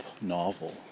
novel